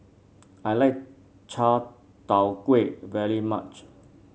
I like Chai Tow Kuay very much